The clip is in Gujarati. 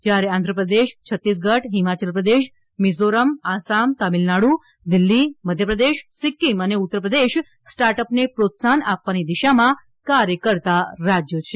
જયારે આંધ્રપ્રદેશ છત્તીસગઢ હિમાચલપ્રદેશ મિઝોરમ આસામ તામિલનાડુ દિલ્હી મધ્યપ્રદેશ સિક્કિમ અને ઉત્તરપ્રદેશ સ્ટાર્ટઅપને પ્રોત્સાહન આપવાની દિશામાં કાર્ય કરતા રાજય છે